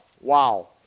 Wow